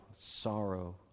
sorrow